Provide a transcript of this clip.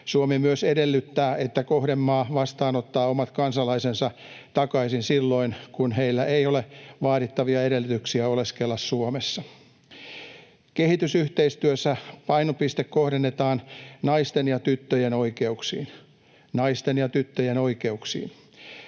Suomi myös edellyttää, että kohdemaa vastaanottaa omat kansalaisensa takaisin silloin, kun heillä ei ole vaadittavia edellytyksiä oleskella Suomessa. Kehitysyhteistyössä painopiste kohdennetaan naisten ja tyttöjen oikeuksiin — naisten ja tyttöjen oikeuksiin.